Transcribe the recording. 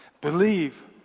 Believe